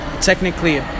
technically